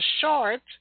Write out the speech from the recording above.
short